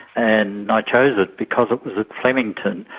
and i chose it because it was at flemington,